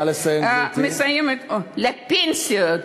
נא לסיים, גברתי.